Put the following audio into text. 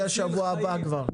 זה מגיע אלינו בשבוע הבא כבר.